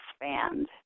expand